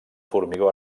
formigó